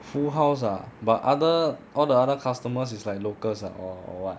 full house ah but other all the other customers is like locals ah or or what